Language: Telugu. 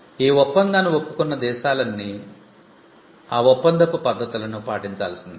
ఈ ఒప్పందాన్ని ఒప్పుకున్న దేశాలన్నీ ఆ ఒప్పందపు పద్ధతులను పాటించాల్సిందే